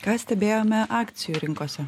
ką stebėjome akcijų rinkose